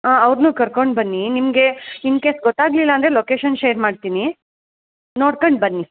ಅವ್ರನ್ನು ಕರ್ಕೊಂಡು ಬನ್ನಿ ನಿಮಗೆ ಇನ್ ಕೇಸ್ ಗೊತಾಗ್ಲಿಲ್ಲ ಅಂದರೆ ಲೊಕೇಶನ್ ಶೇರ್ ಮಾಡ್ತೀನಿ ನೋಡ್ಕೊಂಡ್ ಬನ್ನಿ